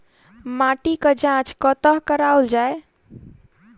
माटिक जाँच कतह कराओल जाए?